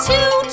Two